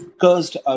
cursed